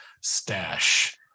stash